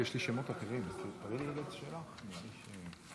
אתה יכול לדבר